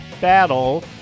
Battle